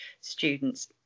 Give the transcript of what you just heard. students